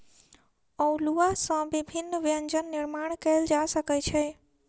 अउलुआ सॅ विभिन्न व्यंजन निर्माण कयल जा सकै छै